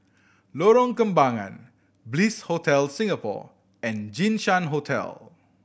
Lorong Kembangan Bliss Hotel Singapore and Jinshan Hotel